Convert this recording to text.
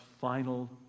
final